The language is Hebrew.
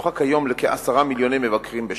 זוכה כיום לכ-10 מיליוני מבקרים בשנה,